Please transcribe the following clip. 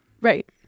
Right